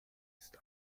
ist